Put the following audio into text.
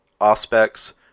aspects